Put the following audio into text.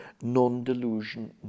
non-delusion